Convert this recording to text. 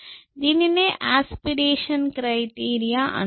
దీనినే ఆస్పిరేషన్ క్రైటీరియాఅంటారు